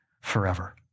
forever